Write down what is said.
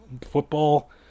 football